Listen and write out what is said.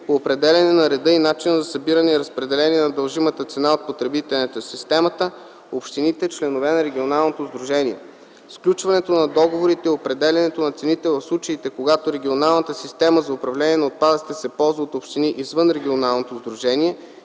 по определяне на реда и начина за събиране и разпределение на дължимата цена от потребителите на системата (общините, членове на регионалното сдружение); сключването на договорите и определянето на цените в случаите, когато регионалната система за управление на отпадъците се ползва от общини извън регионалното сдружение